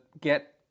get